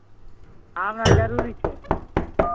हमरा जरूरी छै